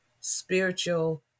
Spiritual